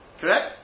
Correct